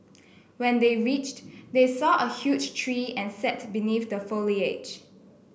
when they reached they saw a huge tree and sat beneath the foliage